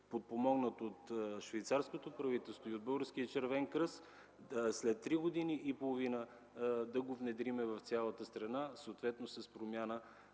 подпомогнат от швейцарското правителство и от Българския червен кръст, след три години и половина да го внедрим в цялата страна, съответно с промяна